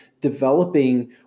developing